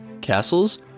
castles